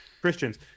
Christians